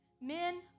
men